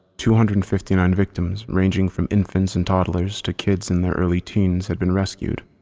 two hundred and fifty nine victims ranging from infants and toddlers to kids in their early teens had been rescued.